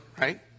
right